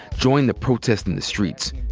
joined the protests in the streets.